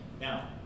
Now